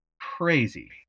crazy